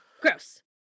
gross